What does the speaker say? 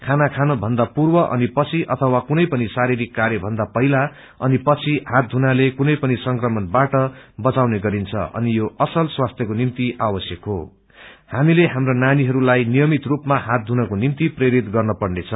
खाना ाानु पूर्व अनि पछि अथवा कुनै पनि शारीरिक कार्य भन्दा पहिला अनि पछि हात धुनाले कुनै पनि संक्रमणबाट बचाउने गर्दछ अनि यो असल स्वास्थ्यको निमित् आवश्यक हो हामीले हाम्रो नानीहरूलाई नियमित रूपमा हात धुनको निम्ति प्रेरित गर्नुपर्नेछ